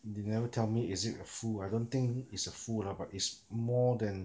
they never tell me is it a full I don't think it's a full lah but it's more than